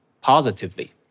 positively